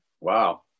Wow